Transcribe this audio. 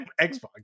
Xbox